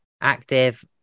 active